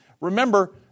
Remember